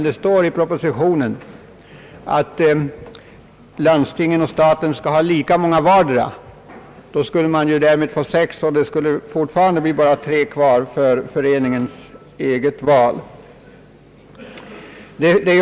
Det står dock i propositionen att landstinget och staten skall ha lika många styrelseledamöter vardera. Då skulle de tillsammans få sex styrelseledamöter, och det skulle bli endast tre kvar för föreningens eget val.